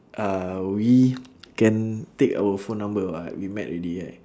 uh we can take our phone number [what] we met already right